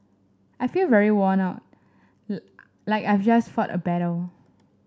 I feel very worn out like I've just fought a battle